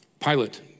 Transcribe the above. Pilate